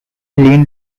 lynn